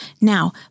Now